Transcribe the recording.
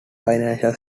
financial